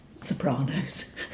sopranos